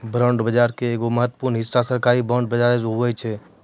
bond बजारो के एगो महत्वपूर्ण हिस्सा सरकारी बांड बजार सेहो होय छै